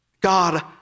God